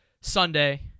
Sunday